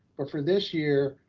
but for this year,